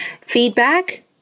feedback